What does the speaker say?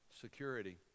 security